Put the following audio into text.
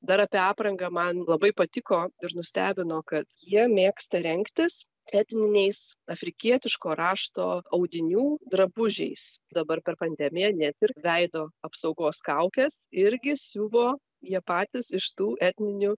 dar apie aprangą man labai patiko ir nustebino kad jie mėgsta rengtis etniniais afrikietiško rašto audinių drabužiais dabar per pandemiją ne tik veido apsaugos kaukes irgi siuvo jie patys iš tų etninių